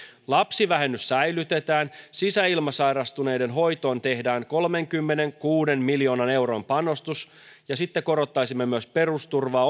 lapsivähennys säilytetään sisäilmasairastuneiden hoitoon tehdään kolmenkymmenenkuuden miljoonan euron panostus korottaisimme myös perusturvaa